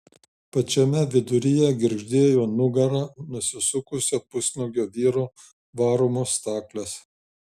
pačiame viduryje girgždėjo nugara nusisukusio pusnuogio vyro varomos staklės